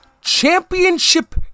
Championship